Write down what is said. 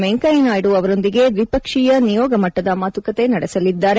ವೆಂಕಯ್ಕನಾಯ್ದು ಅವರೊಂದಿಗೆ ದ್ವಿಪಕ್ಷೀಯ ನಿಯೋಗ ಮಟ್ಟದ ಮಾತುಕತೆ ನಡೆಸಲಿದ್ದಾರೆ